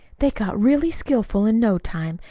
they got really skillful in no time,